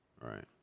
Right